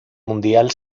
mundial